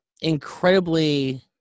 incredibly